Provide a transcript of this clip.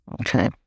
Okay